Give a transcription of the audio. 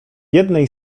jednej